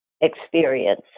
Experience